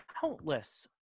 countless